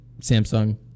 Samsung